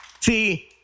See